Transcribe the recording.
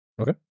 Okay